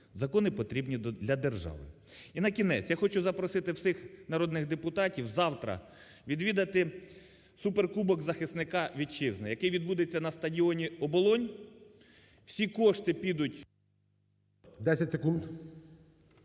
Закони потрібні для держави. І накінець. Я хочу запросити всіх народних депутатів завтра відвідати суперкубок захисника Вітчизни, який відбудеться на стадіоні "Оболонь", всі кошти підуть… 14:07:24